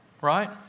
Right